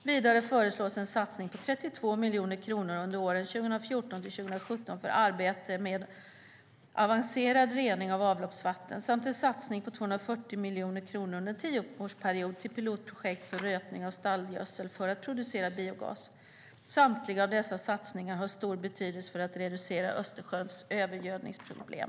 Vidare föreslås en satsning på 32 miljoner kronor under åren 2014-2017 för arbete med avancerad rening av avloppsvatten samt en satsning på 240 miljoner kronor under en tioårsperiod till pilotprojekt för rötning av stallgödsel för att producera biogas. Samtliga dessa satsningar har stor betydelse för att reducera Östersjöns övergödningsproblem.